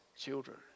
children